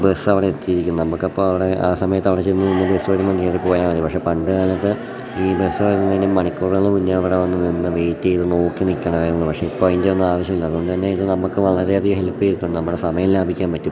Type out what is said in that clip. ബസ്സവിടെ എത്തിയിരിക്കും നമുക്കപ്പം അവിടെ ആ സമയത്തവിടെ ചെന്ന് നിന്ന് ബസ്സ് വരുമ്പം കയറി പോയാൽ മതി പക്ഷെ പണ്ട് കാലത്ത് ഈ ബസ്സ് വരുന്നതിന് മണിക്കൂറുകൾ മുന്നേ അവിടെ വന്ന് നിന്ന് വെയ്റ്റ് ചെയ്തു നോക്കി നിൽക്കണമായിരുന്നു പക്ഷെ ഇപ്പം അതിൻ്റെ ഒന്നാവശ്യം ഇല്ല അതു കൊണ്ട് തന്നെ ഇത് നമുക്ക് വളരെ അധികം ഹെൽപ്പ് ചെയ്തിട്ടുണ്ട് നമ്മുടെ സമയം ലാഭിക്കാൻ പറ്റും